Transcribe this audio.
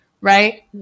right